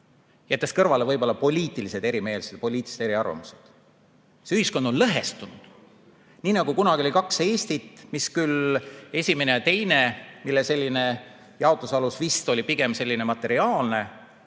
jättes kõrvale võib-olla poliitilised erimeelsused, poliitilised eriarvamused. See ühiskond on lõhestunud. Nii nagu kunagi oli kaks Eestit, esimene ja teine, mille sellise jaotuse alus vist oli pigem materiaalne.